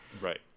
right